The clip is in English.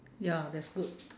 ya that's good